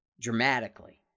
dramatically